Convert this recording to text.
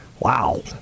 Wow